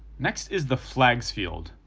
next is the flags field,